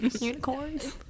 unicorns